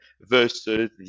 versus